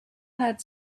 had